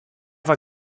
war